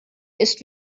ist